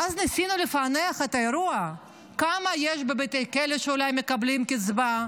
ואז ניסינו לפענח את האירוע: כמה יש בבתי כלא שאולי מקבלים קצבה?